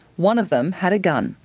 one of them had a gun.